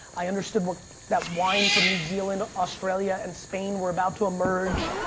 i understood what that wine from new zealand, australia, and spain were about to emerge.